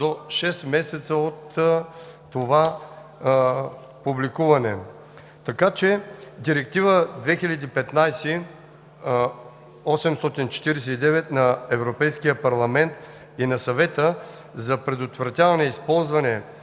до 6 месеца от публикуването. Така че Директива 2015/849 на Европейския парламент и на Съвета за предотвратяване използването